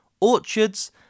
Orchards